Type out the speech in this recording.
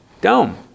dome